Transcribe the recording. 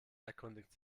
erkundigt